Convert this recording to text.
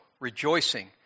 rejoicing